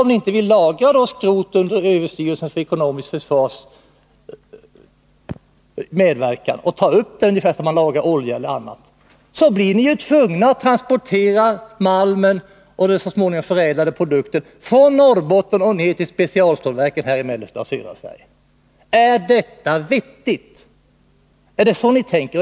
Om ni inte vill lagra skrot under medverkan av överstyrelsen för ekonomiskt försvar, ungefär som man lagrar olja, så blir ni ju tvungna att transportera malmen och den så småningom förädlade produkten från Norrbotten till specialstålverken i mellersta och södra Sverige. Är detta vettigt? Är det så ni tänker?